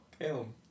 Caleb